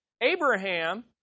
Abraham